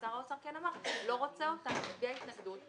ששר האוצר כן אמר שהוא לא רוצה אותם והביע התנגדות.